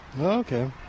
Okay